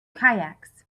kayaks